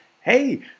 hey